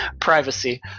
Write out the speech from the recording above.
privacy